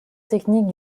technique